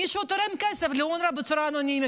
מישהו תורם כסף לאונר"א בצורה אנונימית.